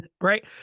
right